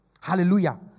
Hallelujah